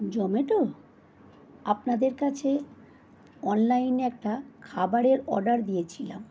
জোম্যাটো আপনাদের কাছে অনলাইনে একটা খাবারের অর্ডার দিয়েছিলাম